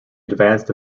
advanced